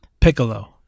Piccolo